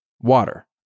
Water